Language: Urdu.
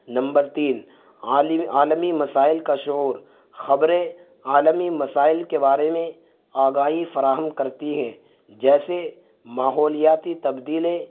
نمبر تین عالمی مسائل کا شعور خبریں عالمی مسائل کے بارے میں آگاہی فراہم کرتی ہیں جیسے ماحولیاتی تبدیلیں